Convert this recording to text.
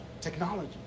technology